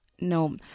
No